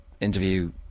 interview